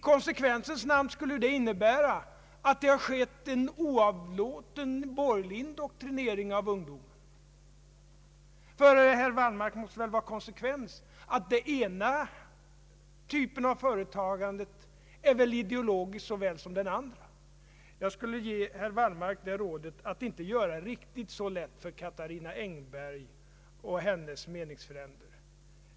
I konsekvensens namn borde detta innebära, att det har skett en oavlåten borgerlig indoktrinering av ungdomen, ty herr Wallmark bör väl vara konsekvent och förstå att den ena typen av företagande är lika väl ideologisk som den andra. Jag skulle Statsverkspropositionen m.m. vilja ge herr Wallmark det rådet att inte göra det riktigt så lätt för Katarina Engberg och hennes meningsfränder.